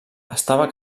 estava